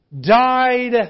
died